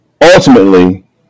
Ultimately